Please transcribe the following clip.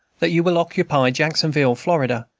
that you will occupy jacksonville, florida,